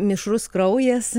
mišrus kraujas